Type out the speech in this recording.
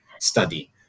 study